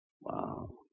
Wow